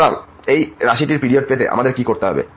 সুতরাং এই রাশিটির পিরিয়ড পেতে আমাদের কী করতে হবে